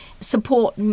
support